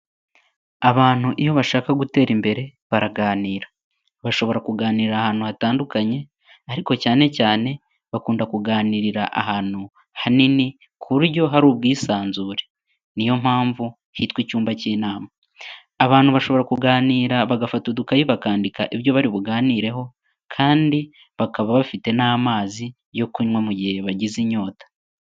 Abantu iyo bashaka gutera imbere baraganira, bashobora kuganirira ahantu hatandukanye, ariko cyane cyane bakunda kuganirira ahantu hanini ku buryo hari ubwisanzure, ni yo mpamvu hitwa icyumba cy'inama. Abantu bashobora kuganira bagafata udukayi bakandika ibyo bari buganireho, kandi bakaba bafite n'amazi yo kunywa mu gihe bagize inyota.